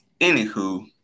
anywho